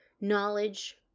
knowledge